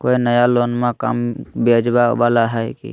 कोइ नया लोनमा कम ब्याजवा वाला हय की?